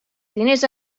diners